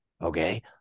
okay